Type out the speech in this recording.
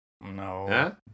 No